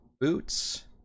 boots